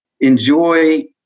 enjoy